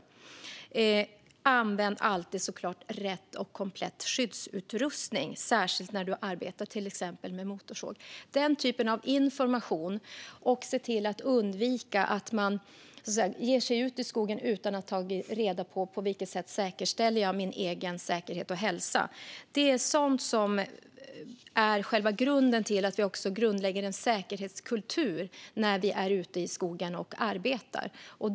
Man ska dessutom självklart alltid använda rätt och komplett skyddsutrustning, särskilt när man arbetar till exempel med motorsåg. Den här typen av information, liksom att man undviker att ge sig ut i skogen utan att ha tagit reda på hur man säkerställer sin egen säkerhet och hälsa, är sådant som lägger grunden för en säkerhetskultur för dem som är ute i skogen och arbetar.